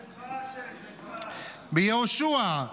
ביהושע: